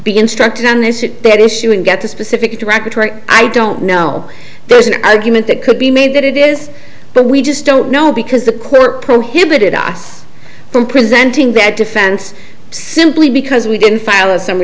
be instructed on this it dead issue and get to specific directory i don't know there's an argument that could be made that it is but we just don't know because the clerk prohibited us from presenting that defense simply because we didn't file a summ